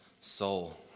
soul